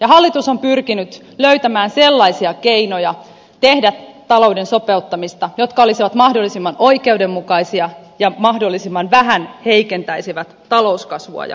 hallitus on pyrkinyt löytämään sellaisia keinoja tehdä talouden sopeuttamista jotka olisivat mahdollisimman oikeudenmukaisia ja mahdollisimman vähän heikentäisivät talouskasvua ja työllisyyttä